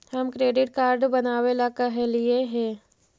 हम credit card बनावे ला कहलिऐ हे?